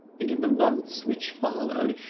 and in the months which followed,